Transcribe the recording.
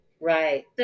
right